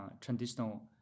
traditional